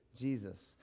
Jesus